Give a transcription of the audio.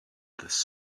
this